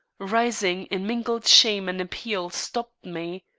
rising in mingled shame and appeal, stopped me.